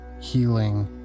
healing